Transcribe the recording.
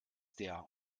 der